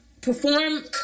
perform